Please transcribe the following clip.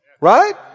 Right